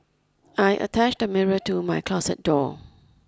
I attached a mirror to my closet door